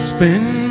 Spend